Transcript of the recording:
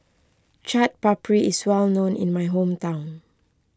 Chaat Papri is well known in my hometown